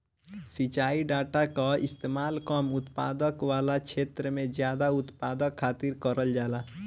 सिंचाई डाटा कअ इस्तेमाल कम उत्पादकता वाला छेत्र में जादा उत्पादकता खातिर करल जाला